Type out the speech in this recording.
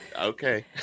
Okay